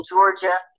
Georgia